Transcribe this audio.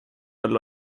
all